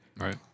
Right